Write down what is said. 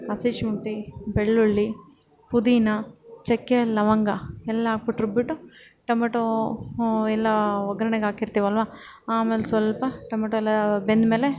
ಹಸಿ ಶುಂಠಿ ಬೆಳ್ಳುಳ್ಳಿ ಪುದೀನ ಚಕ್ಕೆ ಲವಂಗ ಎಲ್ಲ ಹಾಕ್ಬಿಟ್ಟು ರುಬ್ಬಿಟ್ಟು ಟೊಮೊಟೋ ಹ್ಞೂ ಎಲ್ಲ ಒಗ್ಗರಣೆಗೆ ಹಾಕಿರ್ತೇವಲ್ವ ಆಮೇಲೆ ಸ್ವಲ್ಪ ಟೊಮೊಟೊ ಎಲ್ಲ ಬೆಂದ್ಮೇಲೆ